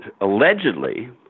allegedly